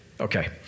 Okay